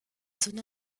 zone